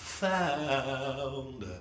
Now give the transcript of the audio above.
found